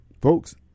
Folks